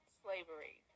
slavery